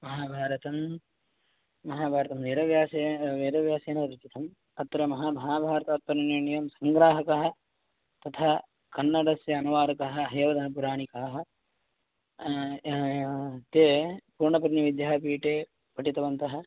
महाभारतं महाभारतं वेदव्यासेन वेदव्यासेन रचितम् अत्र महा महाभारतात्पर्यनिर्णयं सङ्ग्राहकाः तथा कन्नडस्य अनुवादकः हयवदनपुराणिकाः ते पूर्णप्रज्ञविद्यापीठे पठितवन्तः